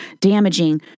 damaging